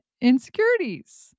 insecurities